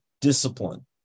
discipline